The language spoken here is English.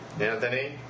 Anthony